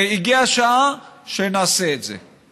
והגיעה השעה שנעשה את זה.